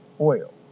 oil